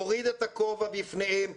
מוריד את הכובע בפניהם,